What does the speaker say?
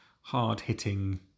hard-hitting